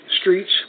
streets